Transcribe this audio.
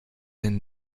denn